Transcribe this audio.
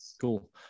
Cool